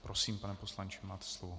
Prosím, pane poslanče, máte slovo.